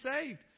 saved